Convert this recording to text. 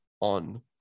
on